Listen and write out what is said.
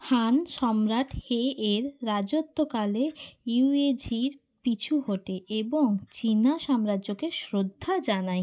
হুন সম্রাট হে এর রাজত্বকালে ইউয়েঝি পিছু হটে এবং চীনা সাম্রাজ্যকে শ্রদ্ধা জানায়